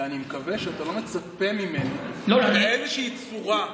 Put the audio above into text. ואני מקווה שאתה לא מצפה ממני באיזושהי צורה,